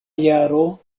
jaro